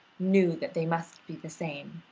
knew that they must be the same.